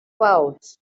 pouch